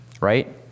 Right